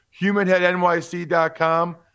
HumanHeadNYC.com